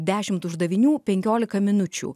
dešimt uždavinių penkiolika minučių